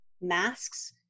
masks